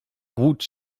głód